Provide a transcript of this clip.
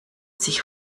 sich